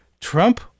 Trump